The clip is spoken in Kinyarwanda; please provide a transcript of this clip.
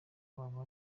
wabo